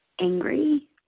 angry